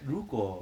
如果